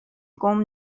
گـم